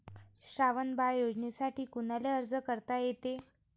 श्रावण बाळ योजनेसाठी कुनाले अर्ज करता येते?